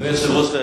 אדוני היושב-ראש,